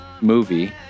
movie